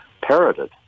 parroted